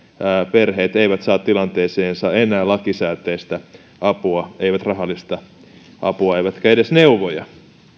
perheet eivät saa tilanteeseensa enää lakisääteistä apua eivät rahallista apua eivätkä edes neuvoja